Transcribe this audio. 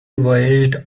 voyaged